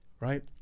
right